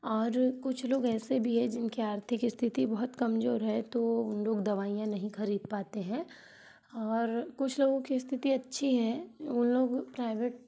और कुछ लोग ऐसे भी हैं जिनकी आर्थिक स्थिति बहुत कमजोर है तो उन लोग दवाइयाँ नहीं खरीद पाते हैं और कुछ लोगों की स्थिति अच्छी है उन लोग प्राइवेट